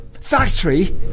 factory